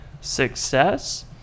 success